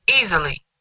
easily